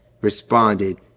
responded